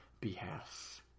behalf